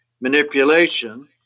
manipulation